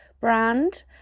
brand